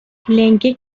لنگه